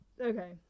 Okay